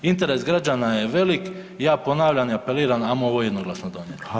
Interes građana je velik, ja ponavljam i apeliram, ajmo ovo jednoglasno donijeti.